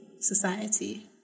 society